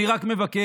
אני רק מבקש,